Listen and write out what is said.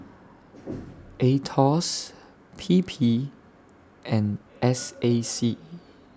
Aetos P P and S A C